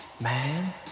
Man